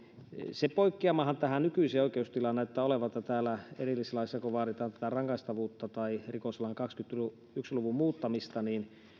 se poikkeamahan tähän nykyiseen oikeustilaan näyttää olevan että kun täällä erillislaissa vaaditaan tätä rangaistavuutta tai rikoslain kahdenkymmenenyhden luvun muuttamista niin